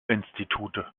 institute